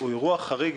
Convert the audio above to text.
איפה אנחנו עומדים